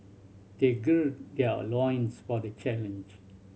they gird their loins for the challenge